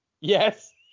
Yes